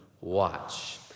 watch